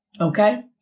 okay